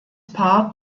paar